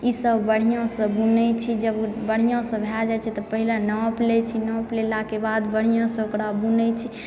ईसभ बढ़िआँसँ बुनैत छी जब बढ़िआँसँ भए जाइ छै तऽ पहिले नाप लैत छी नाप लेलाके बाद बढ़िआँसँ ओकरा बुनैत छी